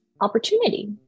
opportunity